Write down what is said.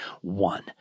one